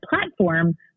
platform